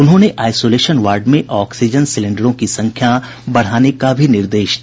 उन्होंने isolation ward में oxygen सिलेंडरों की संख्या बढ़ाने को भी कहा